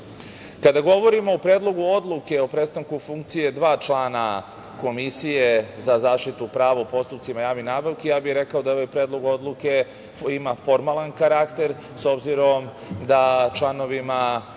4%.Kada govorimo o Predlogu odluke o prestanku funkcije dva člana Komisije za zaštitu prava u postupcima javnih nabavki, rekao bih da ovaj predlog odluka ima formalan karakter, obzirom da članovima